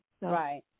right